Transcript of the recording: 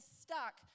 stuck